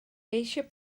eisiau